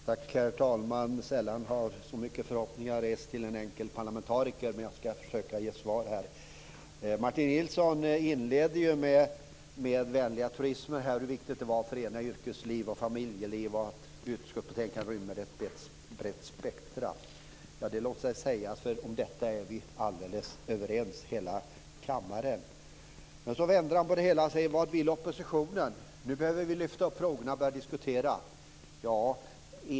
Herr talman! Sällan har så många förhoppningar rests kring en enkel parlamentariker. Jag ska försöka ge svar. Martin Nilsson inledde med vänliga truismer. Han talade om hur viktigt det är att förena yrkesliv och familjeliv och att utskottets betänkande rymmer ett brett spektrum. Det låter sig sägas, för om detta är hela kammaren överens. Så vänder han på det hela och frågar vad oppositionen vill. Nu behöver vi lyfta fram frågorna och börja diskutera.